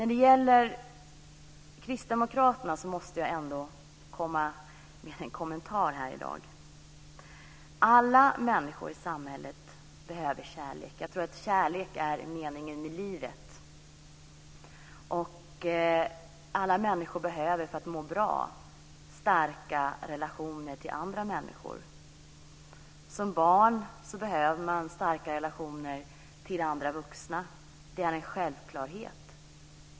Jag måste ändå kommentera Kristdemokraterna i dag. Alla människor i samhället behöver kärlek. Kärlek är meningen med livet. Alla människor behöver för att må bra starka relationer till andra människor. Som barn behöver man starka relationer till andra vuxna. Det är en självklarhet.